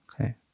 Okay